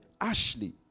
Ashley